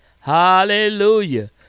hallelujah